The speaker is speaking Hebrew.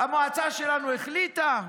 המועצה שלנו החליטה?